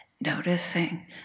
noticing